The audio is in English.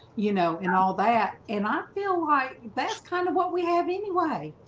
you know and all that and i feel like that's kind of what we have. anyway,